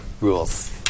rules